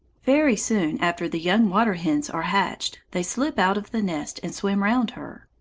very soon after the young water-hens are hatched, they slip out of the nest and swim round her.